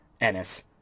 Ennis